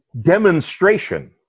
demonstration